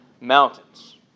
mountains